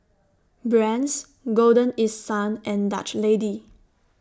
Brand's Golden East Sun and Dutch Lady